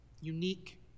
Unique